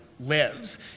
lives